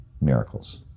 miracles